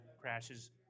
crashes